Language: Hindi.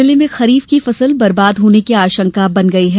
जिले में खरीफ की फसल बर्बाद होने की आशंका बन गयी है